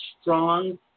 strong